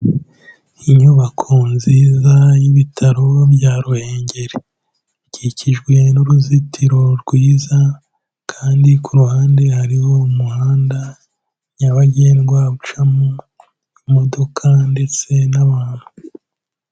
Inyubako nziza y'ibitaro bya Ruhengeri, ikikijwe n'uruzitiro rwiza kandi ku ruhande hariho umuhanda nyabagendwa ucamo imodoka ndetse n'abantu.